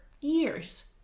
years